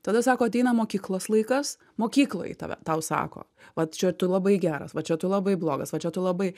tada sako ateina mokyklos laikas mokykloj į tave tau sako va čia tu labai geras va čia tu labai blogas va čia tu labai